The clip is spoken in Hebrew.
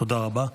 תודה רבה.